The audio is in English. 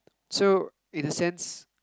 so in a sense